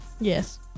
Yes